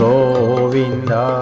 Govinda